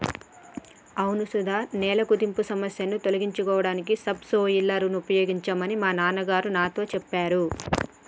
అవును సుధ నేల కుదింపు సమస్య తొలగించడానికి సబ్ సోయిలర్ ఉపయోగించమని మా నాన్న గారు నాతో సెప్పారు